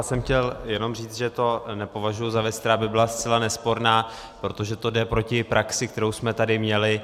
Já jsem chtěl jenom říct, že to nepovažuji za věc, která by byla zcela nesporná, protože to jde proti praxi, kterou jsme tady měli.